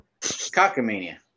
Cockamania